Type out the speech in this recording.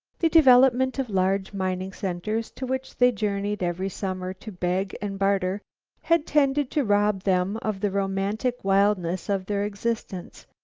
the development of large mining centers to which they journeyed every summer to beg and barter had tended to rob them of the romantic wildness of their existence.